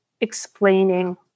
explaining